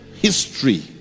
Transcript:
history